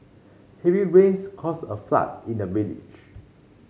heavy rains caused a flood in the village